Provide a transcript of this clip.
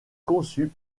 conçu